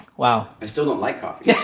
wow i still don't like coffee yeah